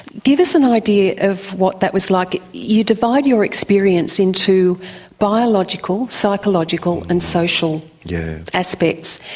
give us an idea of what that was like you divide your experience into biological, psychological and social yeah aspects.